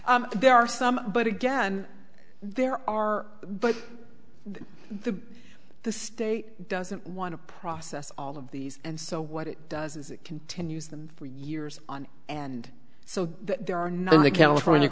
there are some but again there are but the the state doesn't want to process all of these and so what it does is it continues them for years on and so there are none the california